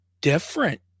different